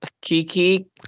Kiki